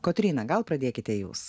kotryna gal pradėkite jūs